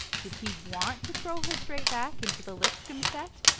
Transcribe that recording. did he want to throw her straight back into the lipscomb set,